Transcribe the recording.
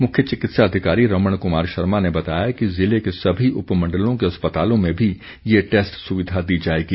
मुख्य चिकित्सा अधिकारी रमण कुमार शर्मा ने बताया कि जिले के सभी उपमण्डलों के अस्पतालों में भी ये टैस्ट सुविधा दी जाएगी